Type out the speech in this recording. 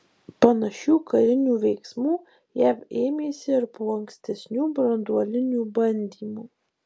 panašių karinių veiksmų jav ėmėsi ir po ankstesnių branduolinių bandymų